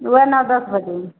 वे ना